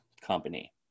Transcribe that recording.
Company